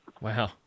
Wow